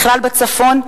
ובכלל בצפון?